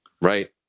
Right